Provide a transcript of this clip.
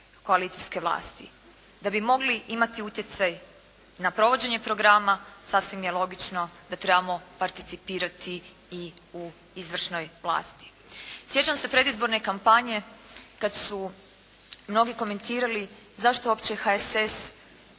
koalicijske vlasti. Da bi mogli imati utjecaj na provođenje programa sasvim je logično da trebamo participirati i u izvršnoj vlasti. Sjećam se predizborne kampanje kad su mnogi komentirali zašto uopće HSS